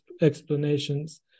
explanations